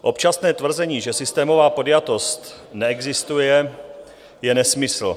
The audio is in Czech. Občasné tvrzení, že systémová podjatost neexistuje, je nesmysl.